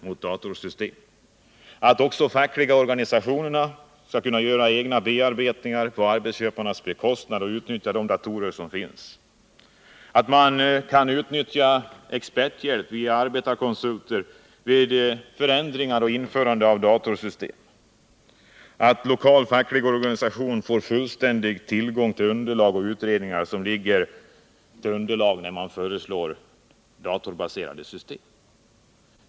Vi har också krävt att de fackliga organisatioenrna skall kunna göra egna bearbetningar på arbetsköparnas bekostnad med hjälp av de datorer som finns, att de skall kunna utnyttja experthjälp i form av arbetskonsulter vid införande och förändringar av datorsystem samt att lokala fackliga organisationer skall få fullständig tillgång till underlag och utredningar som ligger till grund för förslag om datorsystem.